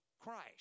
Christ